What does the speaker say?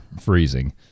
freezing